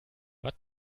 watt